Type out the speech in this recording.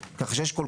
יש את המנהל מנהלת,